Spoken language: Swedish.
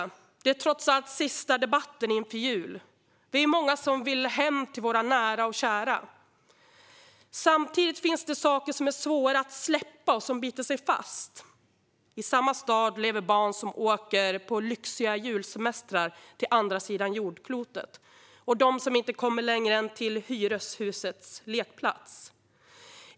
Detta är trots allt sista debatten inför jul. Vi är många som vill hem till våra nära och kära. Samtidigt finns det saker som är svåra att släppa och som biter sig fast. I samma stad lever barn som åker på lyxiga julsemestrar till andra sidan jordklotet och barn som inte kommer längre än till hyreshusets lekplats.